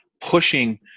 pushing